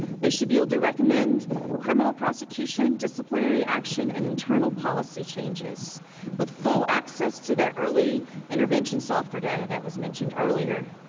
they should be able to recommend criminal prosecution, disciplinary action and internal policy changes with full access to the early intervention software data that was mentioned earlier,